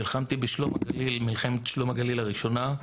נלחמתי במלחמת שלום הגליל הראשונה,